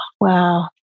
wow